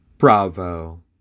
Bravo